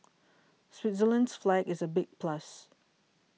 Switzerland's flag is a big plus